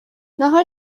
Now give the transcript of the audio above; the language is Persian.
نهار